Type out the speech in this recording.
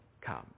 come